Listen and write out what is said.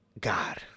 God